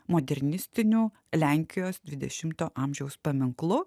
modernistiniu lenkijos dvidešimto amžiaus paminklu